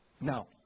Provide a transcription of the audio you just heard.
Now